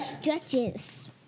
Stretches